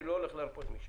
אני לא הולך להרפות משם.